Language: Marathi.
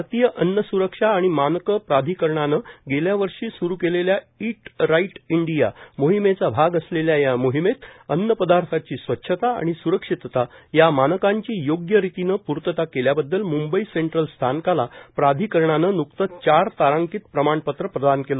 भारतीय अन्न स्रक्षा आणि मानकं प्राधिकरणानं गेल्या वर्षी स्रू केलेल्या इट राईट इंडिया मोहिमेचा भाग असलेल्या या मोहिमेत अन्न पदार्थांची स्वच्छता आणि स्रक्षितता या मानकांची योग्य रीतीनं पूर्तता केल्याबद्दल म्ंबई सेंट्रल स्थानकाला प्राधिकरणानं न्कतंच चार तारांकित प्रमाणपत्र प्रदान केलं